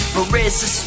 Marissa